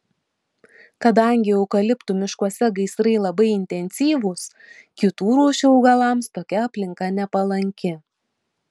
kadangi eukaliptų miškuose gaisrai labai intensyvūs kitų rūšių augalams tokia aplinka nepalanki